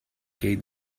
gate